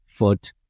foot